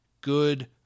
good